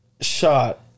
shot